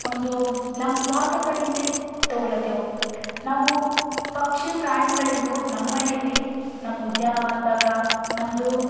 ಒಂದು ನಮ್ಮ ಸ್ವಾರ್ಥ ಕಡಿಂದೆ ತೊಗೊಳ್ಳತ್ತೀವ್ ನಾವು ಪಕ್ಷಿ ಪ್ರಾಣಿಗಳಿಂದು ನಮ್ಮನೆಯಲ್ಲಿ ನಮ್ಮ ಉದ್ಯಾನವನದಾಗ ನಮ್ಮದು